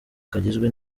kagizwe